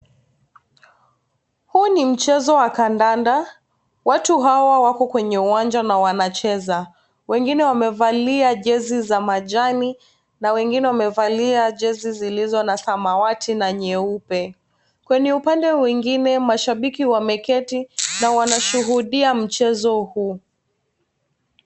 Huu ni mchezo wa kandanda. Watu hawa wako kwenye uwanja na wanacheza. Wengine wamevalia jezi za majani na wengine wamevalia jezi zilizo na samawati na nyeupe. Kwenye upande mwingine mashabiki wameketi na wanashuhudia mchezo huu.